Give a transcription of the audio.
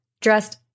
dressed